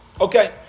Okay